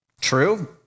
True